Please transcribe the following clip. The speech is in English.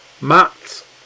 Matt